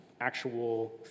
actual